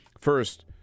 First